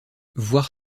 voir